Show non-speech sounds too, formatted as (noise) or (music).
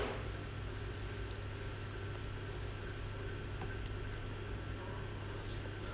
(breath)